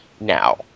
now